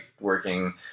working